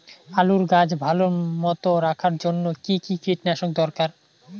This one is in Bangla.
আলুর গাছ ভালো মতো রাখার জন্য কী কী কীটনাশক দরকার?